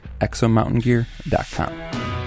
exomountaingear.com